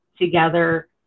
together